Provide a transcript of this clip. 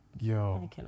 yo